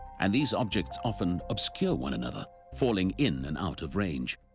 and these objects often obscure one another, falling in and out of range,